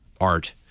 art